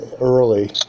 Early